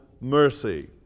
mercy